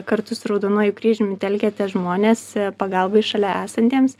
kartu su raudonuoju kryžiumi telkiate žmones pagalbai šalia esantiems